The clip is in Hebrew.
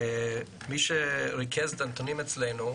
מי שריכז את הנתונים אצלנו,